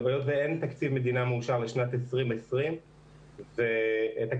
היות ואין תקציב מדינה מאושר לשנת 2020. כן,